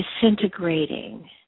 disintegrating